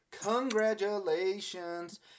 Congratulations